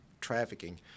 trafficking